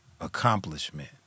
accomplishment